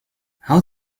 how